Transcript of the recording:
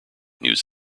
news